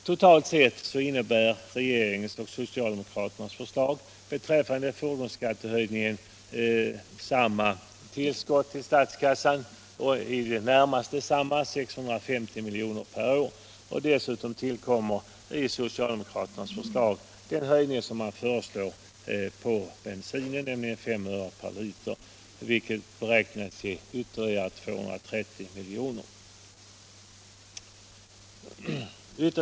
Totalt sett inbringar regeringens och socialdemokraternas förslag beträffande fordonsskattehöjningen samma belopp till statskassan, 650 milj.kr. per år. Härtill kommer i socialdemokraternas förslag 5 öre per liter för bensinen, vilket beräknas inbringa ytterligare 230 milj.kr.